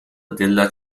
della